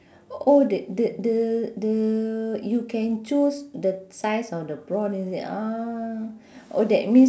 oh the the the the you can choose the size of the prawn is it ah oh that means